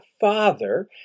Father